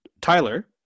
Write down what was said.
Tyler